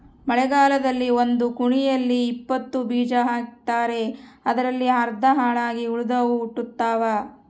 ಮಳೆಗಾಲದಲ್ಲಿ ಒಂದು ಕುಣಿಯಲ್ಲಿ ಇಪ್ಪತ್ತು ಬೀಜ ಹಾಕ್ತಾರೆ ಅದರಲ್ಲಿ ಅರ್ಧ ಹಾಳಾಗಿ ಉಳಿದವು ಹುಟ್ಟುತಾವ